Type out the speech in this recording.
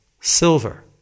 silver